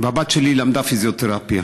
והבת שלי למדה פיזיותרפיה,